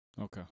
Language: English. Okay